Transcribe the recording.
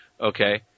okay